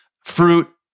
fruit